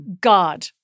God